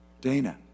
Dana